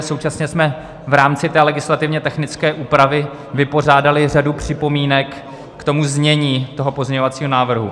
Současně jsme v rámci té legislativně technické úpravy vypořádali řadu připomínek ke znění toho pozměňovacího návrhu.